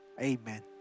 Amen